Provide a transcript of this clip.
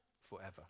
forever